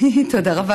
לא השתנה.